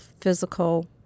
physical